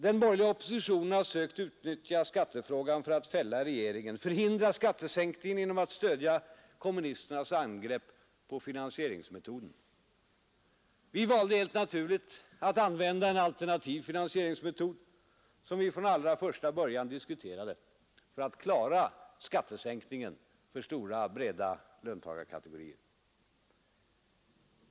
Den borgerliga oppositionen har sökt utnyttja skattefrågan för att fälla regeringen, förhindra skattesänkning genom att stödja kommunisternas angrepp på finansieringsmetoden. Vi valde helt naturligt att använda en alternativ finansieringsmetod, som vi ifrån allra första början diskuterat för att klara skattesänkningen för stora, breda löntagarkategorier.